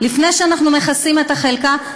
לפני שאנחנו מכסים את החלקה,